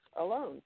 alone